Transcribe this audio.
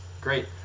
Great